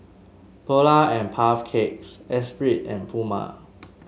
Polar and Puff Cakes Espirit and Puma